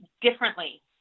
differently